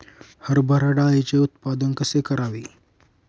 हरभरा डाळीचे उत्पादन कसे करावे?